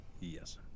Yes